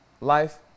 Life